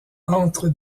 entre